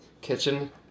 kitchen